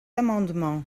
amendement